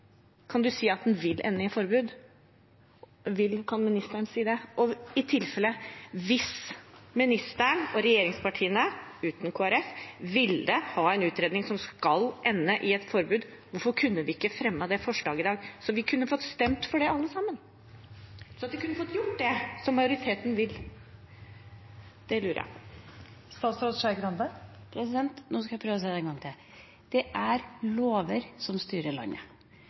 Kan ministeren si at den vil ende i et forbud? Og i tilfelle: Hvis ministeren og regjeringspartiene – utenom Kristelig Folkeparti – vil ha en utredning som skal ende i et forbud, hvorfor kunne de ikke fremmet det forslaget i dag, så vi kunne fått stemt for det, alle sammen, slik at vi kunne fått gjort det majoriteten vil? Det lurer jeg på. Nå skal jeg prøve én gang til: Det er lover som styrer landet.